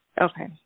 Okay